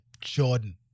Jordan